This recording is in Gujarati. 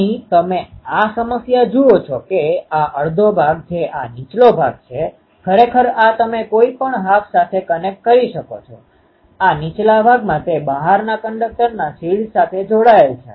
અહીં તમે આ સમસ્યા જુઓ છો કે આ અડધો ભાગ જે આ નીચલો ભાગ છે ખરેખર આ તમે કોઈ પણ હાફ સાથે કનેક્ટ કરી શકો છો આ નીચલા ભાગમાં તે બાહરના કંડક્ટરના શિલ્ડ સાથે જોડાયેલ છે